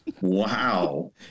wow